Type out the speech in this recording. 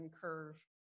curve